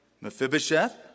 Mephibosheth